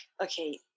okay